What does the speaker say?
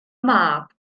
mab